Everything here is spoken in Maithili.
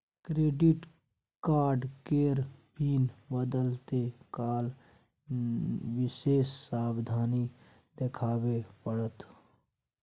डेबिट कार्ड केर पिन बदलैत काल विशेष सावाधनी देखाबे पड़त